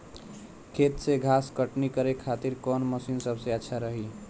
खेत से घास कटनी करे खातिर कौन मशीन सबसे अच्छा रही?